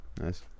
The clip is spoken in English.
Nice